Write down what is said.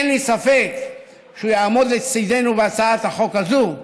אין לי ספק שהוא יעמוד לצידנו בהצעת החוק הזו,